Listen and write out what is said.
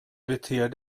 beter